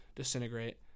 disintegrate